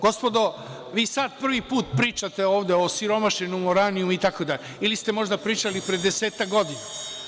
Gospodo, vi sada prvi put pričate ovde o osiromašenom uranijumu itd. ili ste možda pričali pre desetak godina.